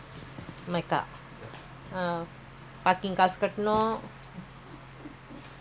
இப்பஇருக்கறகஷ்டம்தெரிலஉனக்குஏன்இப்பகஷ்டம்தெரிலஇப்ப:ippa irukkara kashtam therila unaku yeen ippa kashtam therila ippa